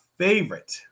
favorite